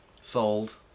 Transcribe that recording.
Sold